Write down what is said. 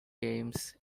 games